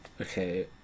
Okay